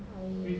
I